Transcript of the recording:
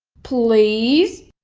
please.